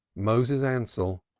moses ansell,